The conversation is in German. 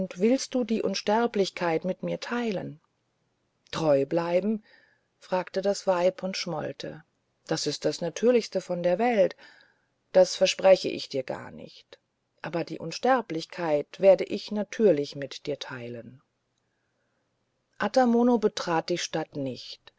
willst du die unsterblichkeit mit mir teilen treu bleiben fragte das weib und schmollte das ist das natürlichste von der welt das verspreche ich dir gar nicht aber die unsterblichkeit werde ich natürlich mit dir teilen ata mono betrat die stadt nicht